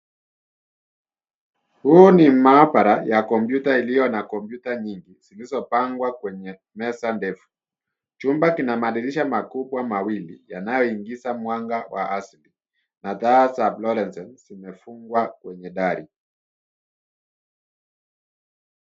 Huu ni maabara ya kompyuta iliyo na kompyuta nyingi, zilizopangwa kwenye meza ndefu. Chumba kina madirisha makubwa mawili, yanayoingiza mwanga wa asili, na taa za fluorescence zimefungwa kwenye dari.